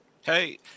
Hey